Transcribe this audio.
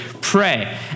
pray